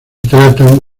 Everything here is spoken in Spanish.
tratan